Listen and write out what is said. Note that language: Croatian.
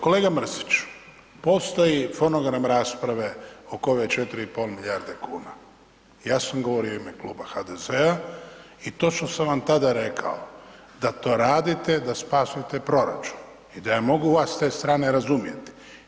Kolega Mrsić, postoji fonogram rasprave oko ove 4,5 milijarde kuna, ja sam govorio u ime Kluba HDZ-a i točno sam vam tada rekao da to radite da spasite proračun i da ja mogu vas s te strane razumjeti.